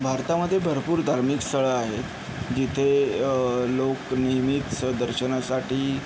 भारतामध्ये भरपूर धार्मिक स्थळं आहेत जिथे लोक नेहमीच दर्शनासाठी